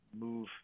move